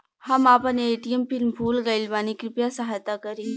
हम आपन ATM PIN भूल गईल बानी कृपया सहायता करी